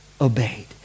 obeyed